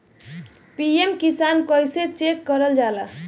PM Kisan कइसे check करल जाला?